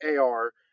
AR